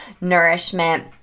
nourishment